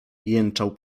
jęczał